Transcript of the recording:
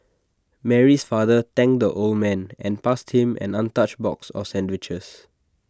Mary's father thanked the old man and passed him an untouched box of sandwiches